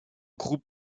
groupes